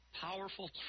powerful